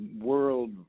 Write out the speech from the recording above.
world